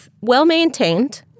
well-maintained